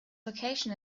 location